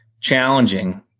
challenging